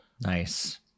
Nice